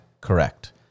correct